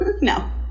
no